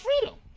freedom